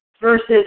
versus